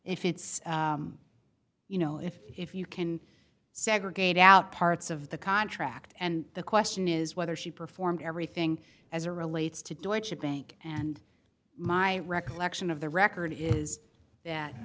if it's you know if if you can segregate out parts of the contract and the question is whether she performed everything as a relates to do it should bank and my recollection of the record is that